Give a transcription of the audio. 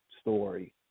story